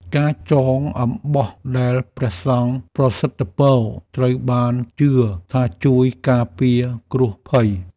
ការចងអំបោះដែលព្រះសង្ឃប្រសិទ្ធពរ ត្រូវបានជឿថាជួយការពារគ្រោះភ័យ។